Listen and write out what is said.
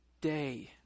day